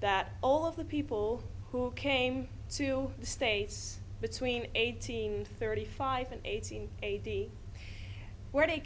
that all of the people who came to the states between eighteen thirty five and eighteen eighty where they